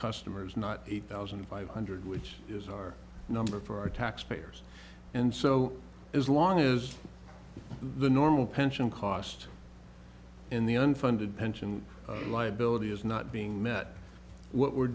customers not eight thousand five hundred which is our number for taxpayers and so as long as the normal pension cost in the unfunded pension liability is not being met what we're